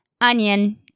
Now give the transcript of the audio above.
onion